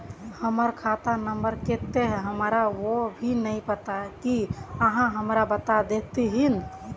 हमर खाता नम्बर केते है हमरा वो भी नहीं पता की आहाँ हमरा बता देतहिन?